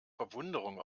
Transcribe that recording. verwunderung